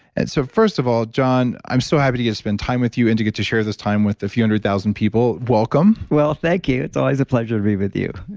and so, first of all, john, i'm so happy to get to spend time with you and to get to share this time with a few hundred thousand people. welcome. well, thank you. it's always a pleasure to be with you,